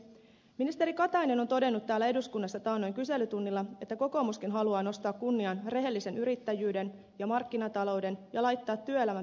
ministeri katainen on todennut täällä eduskunnassa taannoin kyselytunnilla että kokoomuskin haluaa nostaa kunniaan rehellisen yrittäjyyden ja markkinatalouden ja laittaa työelämän pelisäännöt kuntoon